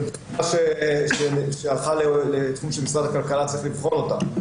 זה בחינה שמשרד הכלכלה צריך לבחון אותה.